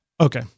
Okay